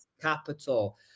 capital